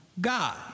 God